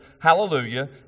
hallelujah